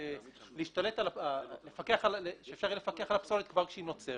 לפקח על הפסולת כשהיא נוצרת.